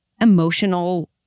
emotional